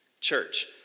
church